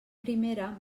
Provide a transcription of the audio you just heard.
primera